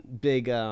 big